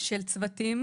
של צוותים